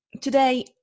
Today